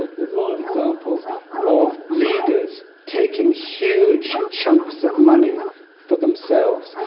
there's a lot of examples of leaders taking huge chunks of money for themselves.